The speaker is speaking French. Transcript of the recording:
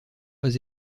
pas